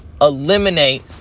eliminate